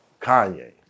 Kanye